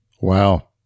wow